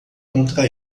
contra